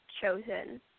chosen